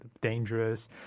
dangerous